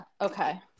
Okay